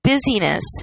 busyness